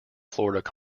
florida